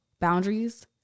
boundaries